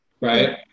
Right